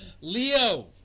Leo